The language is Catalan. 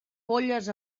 polles